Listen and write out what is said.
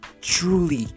truly